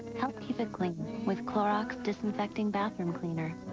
help keep it clean with clorox disinfecting bathroom cleaner.